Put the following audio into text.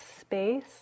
space